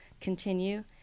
continue